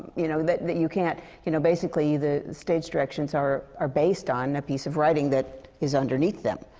you know? that that you can't you know, basically the stage directions are are based on a piece of writing that is underneath them.